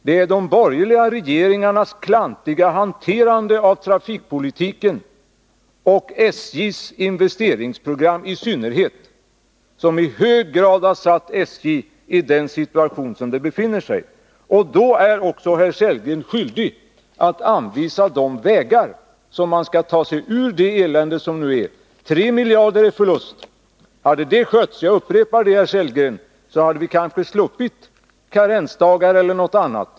Det är de borgerliga regeringarnas klantiga hanterande av trafikpolitiken och SJ:s investeringsprogram i synnerhet som i hög grad satt SJ i den situation som det befinner sigi. Då är också herr Sellgren skyldig att anvisa de vägar på vilka man skall ta sig ur det elände man nu råkat i — 3 miljarder i förlust. Hade detta skötts på ett riktigt sätt — jag upprepar det, herr Sellgren — hade vi kanske sluppit karensdagar eller något annat.